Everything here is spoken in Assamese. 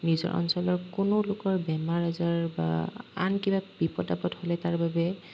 নিজৰ অঞ্চলৰ কোনো লোকৰ বেমাৰ আজাৰ বা আন কিবা বিপদ আপদ হ'লে তাৰ বাবে